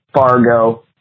Fargo